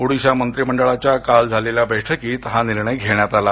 ओडिशा मंत्रीमंडळाच्या काल झालेल्या बैठकीत हा निर्णय घेण्यात आला